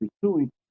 pursuing